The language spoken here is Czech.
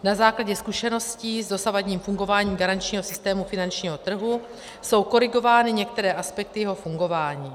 Na základě zkušeností s dosavadním fungováním garančního systému finančního trhu jsou korigovány některé aspekty jeho fungování.